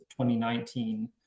2019